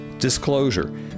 Disclosure